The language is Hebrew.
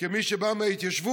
כמי שבא מההתיישבות,